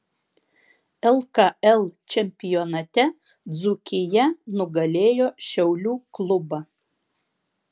lkl čempionate dzūkija nugalėjo šiaulių klubą